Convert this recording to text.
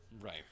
Right